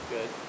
Good